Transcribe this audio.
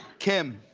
kim,